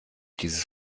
dieses